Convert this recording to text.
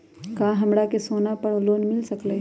का हमरा के सोना पर लोन मिल सकलई ह?